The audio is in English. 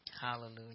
Hallelujah